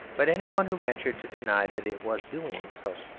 but anyone who ventured to deny that it was doing so.